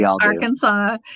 Arkansas